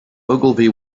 ogilvy